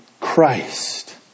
Christ